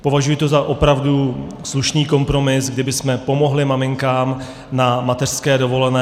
Považuji to za opravdu slušný kompromis, kdy bychom pomohli maminkám na mateřské dovolené.